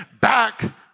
back